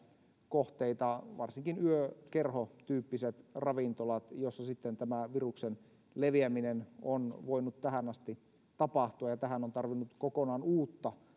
kohteita varsinkin yökerhotyyppiset ravintolat joissa viruksen leviäminen on voinut tähän asti tapahtua ja tähän on tarvinnut kokonaan uutta